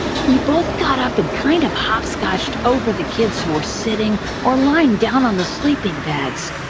we both got up and kind of hopscotched over the kids who were sitting or lying down on the sleeping bags.